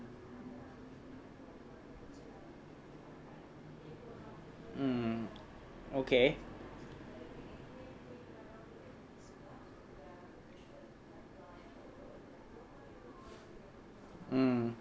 mm okay mm